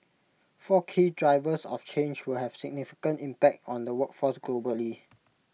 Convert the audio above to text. four key drivers of change will have significant impact on the workforce globally